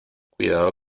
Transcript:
cuidado